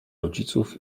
rodziców